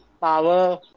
power